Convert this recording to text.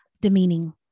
demeaning